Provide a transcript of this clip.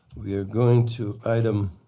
we are going to item